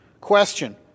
Question